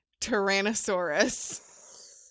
Tyrannosaurus